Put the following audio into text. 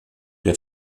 der